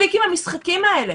מספיק עם המשחקים האלה.